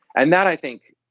and that, i think,